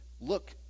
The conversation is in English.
look